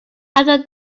after